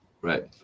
right